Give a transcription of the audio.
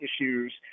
issues